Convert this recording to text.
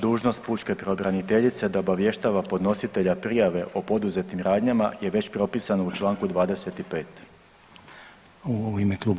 Dužnost pučke pravobraniteljice da obavještava podnositelja prijave o poduzetim radnjama je već propisana u čl. 25.